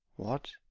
what?